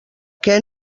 què